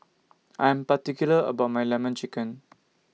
I Am particular about My Lemon Chicken